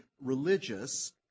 religious